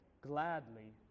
gladly